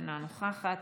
אינה נוכחת,